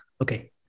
Okay